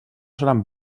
seran